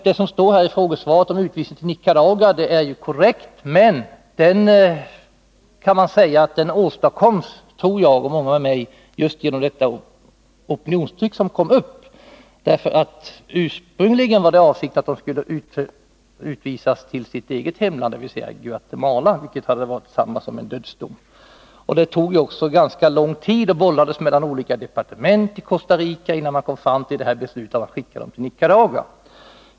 Det som står i frågesvaret om utvisningen till Nicaragua är ju korrekt, men 23 jag och många med mig tror att den har åstadkommits genom det opinionstryck som uppstod, ty avsikten var ursprungligen att de personer det gällde skulle ha utvisats till sitt eget hemland, eller Guatemala, vilket hade varit detsamma som en dödsdom. Ärendet tog ju också ganska lång tid och bollades mellan olika departement i Costa Rica innan man kom fram till beslutet om att skicka dem till Nicaragua.